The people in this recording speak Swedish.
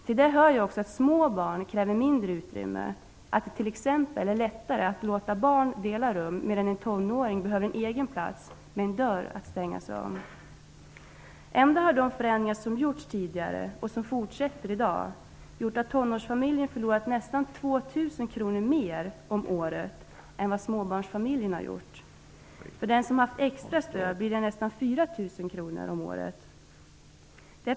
Till detta hör att små barn kräver mindre utrymme. Det är t.ex. lättare att låta barn dela rum. En tonåring behöver däremot en egen plats med en dörr att stänga om sig. De förändringar som tidigare gjorts och som fortsätter i dag har medfört att tonårsfamiljen förlorat nästan 2.000 kr mer om året än småbarnsfamiljen. För den som har haft extra stöd blir förlusten nästan 4.000 kr om året.